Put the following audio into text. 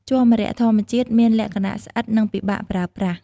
ជ័រម្រ័ក្សធម្មជាតិមានលក្ខណៈស្អិត និងពិបាកប្រើប្រាស់។